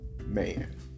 man